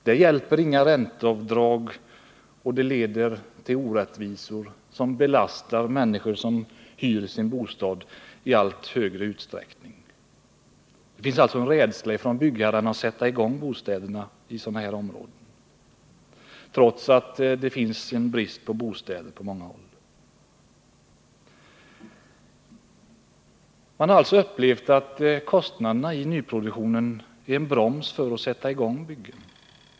Där hjälper inga ränteavdrag, utan överkostnaderna leder till orättvisor som i allt högre utsträckning belastar människor som hyr sin bostad. Det finns hos byggherrarna en rädsla för att sätta i gång ett bostadsbyggande i sådana här områden, trots att det på många håll råder brist på bostäder. Man haralltså upplevt att kostnaderna i nyproduktionen är en broms för att sätta i gång byggen.